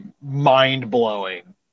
mind-blowing